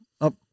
up